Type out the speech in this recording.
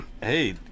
Hey